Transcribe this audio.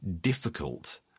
difficult